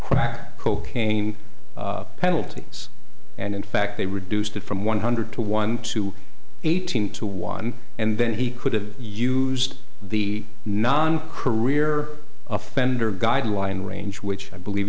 crack cocaine penalties and in fact they reduced it from one hundred to one to eight hundred to one and then he could have used the non career offender guideline range which i believe